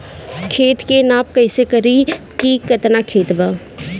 खेत के नाप कइसे करी की केतना खेत बा?